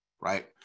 right